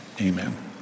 amen